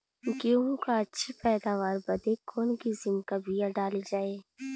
गेहूँ क अच्छी पैदावार बदे कवन किसीम क बिया डाली जाये?